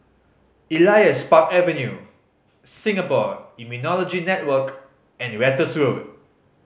Elias Park Avenue Singapore Immunology Network and Ratus Road